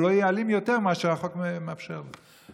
שלא יהיה אלים יותר מכפי שהחוק מאפשר לו.